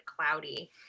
cloudy